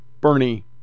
Bernie